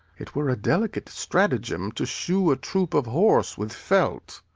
it were a delicate stratagem to shoe a troop of horse with felt.